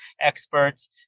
experts